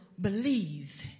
believe